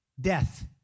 death